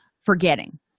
forgetting